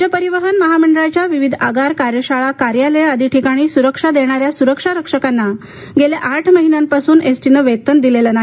राज्य परिवहन महामंडळाच्या विविध आगार कार्यशाळा कार्यालये आदी ठिकाणी सुरक्षा देणाऱ्या सुरक्षा रक्षकांना मागील आठ महिन्यांपासून एसटीने वेतन दिलेले नाही